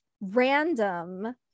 random